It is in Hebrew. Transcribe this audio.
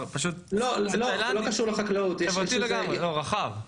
זה חברתי לגמרי, בשימוש רחב?